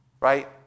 right